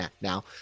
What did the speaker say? now